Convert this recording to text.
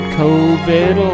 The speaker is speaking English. covid